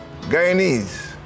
Guyanese